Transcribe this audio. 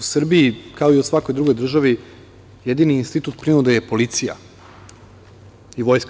U Srbiji, kao i u svakoj drugoj državi, jedini institut prinude je policija i vojska.